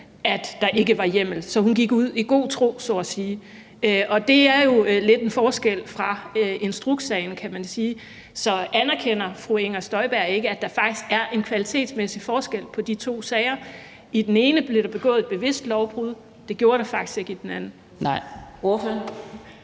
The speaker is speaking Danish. at der ikke var hjemmel. Så hun gik ud i god tro så at sige. Og det er jo lidt en forskel fra instrukssagen, kan man sige. Så anerkender fru Inger Støjberg ikke, at der faktisk er en kvalitetsmæssig forskel på de to sager? I den ene blev der begået et bevidst lovbrud; det gjorde der faktisk ikke i den anden.